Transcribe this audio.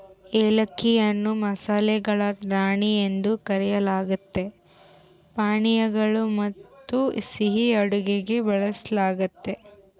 ಏಲಕ್ಕಿಯನ್ನು ಮಸಾಲೆಗಳ ರಾಣಿ ಎಂದು ಕರೆಯಲಾಗ್ತತೆ ಪಾನೀಯಗಳು ಮತ್ತುಸಿಹಿ ಅಡುಗೆಗೆ ಬಳಸಲಾಗ್ತತೆ